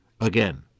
again